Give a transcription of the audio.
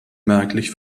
merklich